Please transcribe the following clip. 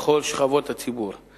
בכל שכבות הציבור.